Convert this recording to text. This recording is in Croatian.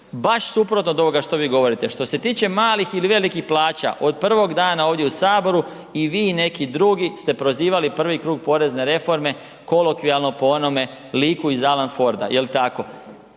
baš suprotno što vi govorite. Što se tiče malih ili velikih plaća od prvog dana ovdje u saboru i vi i neki drugi ste prozivali prvi krug porezne reforme kolokvijalno po onome liku iz Alan forda. Jel tako?